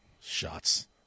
shots